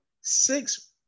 six